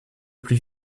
plus